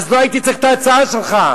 לא הייתי צריך את ההצעה שלך.